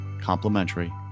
complimentary